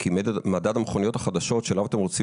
כי מדד המכוניות החדשות אליו אתם רוצים